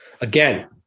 Again